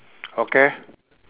okay